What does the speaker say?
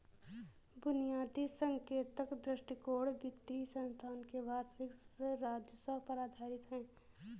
बुनियादी संकेतक दृष्टिकोण वित्तीय संस्थान के वार्षिक राजस्व पर आधारित है